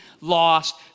lost